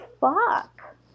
fuck